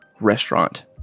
restaurant